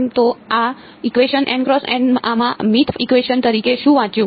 તો આ ઇકવેશન આમાં mth ઇકવેશન તરીકે શું વાંચ્યું